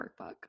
Workbook